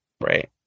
Right